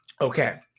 Okay